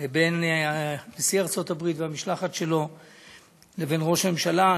בין נשיא ארצות הברית והמשלחת שלו לבין ראש הממשלה,